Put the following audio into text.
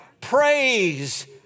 Praise